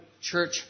church